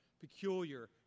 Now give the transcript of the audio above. Peculiar